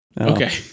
Okay